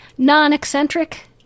non-eccentric